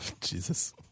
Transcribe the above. Jesus